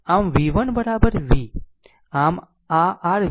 આમ v 1 ખરેખર v